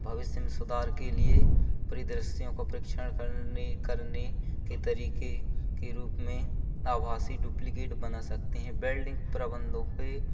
भविष्य में सुधार के लिए प्रदर्शियों को परीक्षण करने करने के तरिक़े के रूप में आभासी डूप्लकैट बना सकते हैं बेलडिङ प्रबंधों के